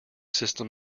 system